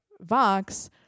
Vox